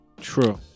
True